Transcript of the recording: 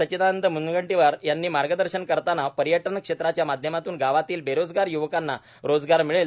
सच्चिदानंद म्नगंटीवार यांनी मार्गदर्शन करतांना पर्यटन क्षेत्राच्या माध्यमातून गावातील बेरोजगार य्वकांना रोजगार मिळेल